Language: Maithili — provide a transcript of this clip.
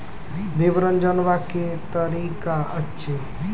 विवरण जानवाक की तरीका अछि?